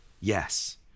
Yes